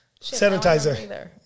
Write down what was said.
Sanitizer